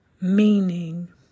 Meaning